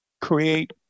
create